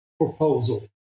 proposal